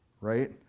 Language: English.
right